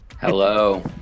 hello